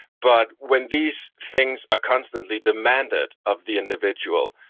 but when these things are constantly demanded of the individual,